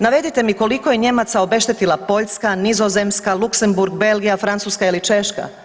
Navedite mi koliko je Nijemaca obeštetila Poljska, Nizozemska, Luxemburg, Belgija, Francuska ili Češka.